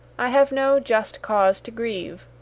i have no just cause to grieve.